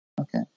Okay